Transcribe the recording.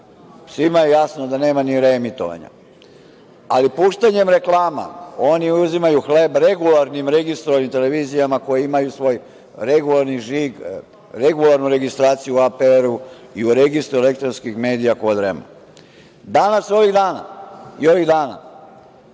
svima je jasno da nema ni reemitovanja. Ali, puštanjem reklama oni uzimaju hleb regularnim registrovanim televizijama, koje imaju svoj regularni žig, regularnu registraciju u APR-u i u registru elektronskih medija pod REM-om. Danas i ovih dana,